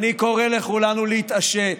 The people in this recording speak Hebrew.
אני קורא לכולנו להתעשת,